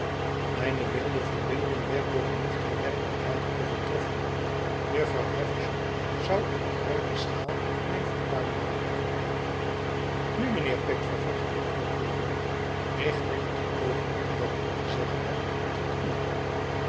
mijne wilde verbeelding werd door de nuchtere werkelijkheid overtroffen jufvrouw havisham zou op groote schaai mijn fortuin maken u nu mijnheer pip vervclgde de procureur richt ik net ovenge dat ik te zeggen neb tot u